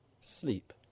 sleep